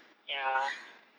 ya